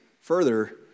further